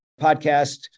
podcast